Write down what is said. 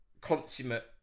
consummate